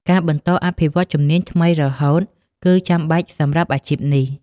ការបន្តអភិវឌ្ឍន៍ជំនាញថ្មីរហូតគឺចាំបាច់សម្រាប់អាជីពនេះ។